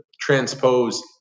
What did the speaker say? transpose